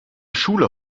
schule